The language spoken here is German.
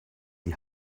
die